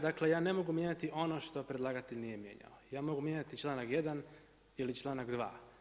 Dakle ja ne mogu mijenjati ono što predlagatelj nije mijenjao, ja mogu mijenjati članak 1. ili članak 2.